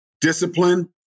discipline